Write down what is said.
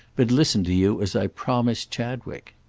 but listen to you as i promised chadwick?